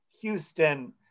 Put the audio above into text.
Houston